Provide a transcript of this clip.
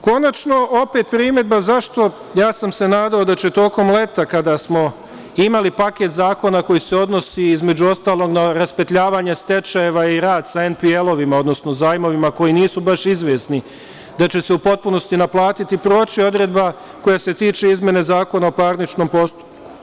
Konačno, opet primedba, ja sam se nadao da će tokom leta, kada smo imali paket zakona koji se odnosi, između ostalog, na raspetljavanje stečajeva i rad sa NPL-ovima, odnosno zajmovima koji nisu baš izvesni, da će se u potpunosti naplatiti, proći odredba koja se tiče izmene Zakona o parničnom postupku.